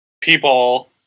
people